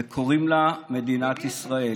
וקוראים לה מדינת ישראל.